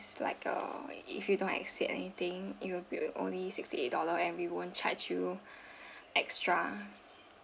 is like err if you don't exceed anything it will be only sixty eight dollar and we won't charge you extra